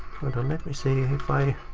hold on let me see and if i